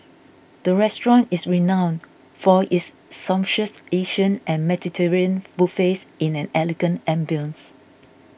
the restaurant is renowned for its sumptuous Asian and Mediterranean buffets in an elegant ambience